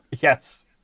Yes